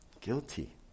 Guilty